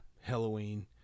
Halloween